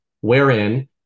wherein